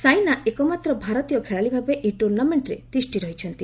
ସାଇନା ଏକମାତ୍ର ଭାରତୀୟ ଖେଳାଳିଭାବେ ଏହି ଟୁର୍ଣ୍ଣାମେଣ୍ଟରେ ତିଷ୍ଠି ରହିଛନ୍ତି